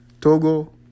Togo